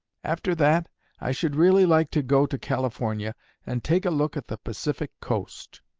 after that i should really like to go to california and take a look at the pacific coast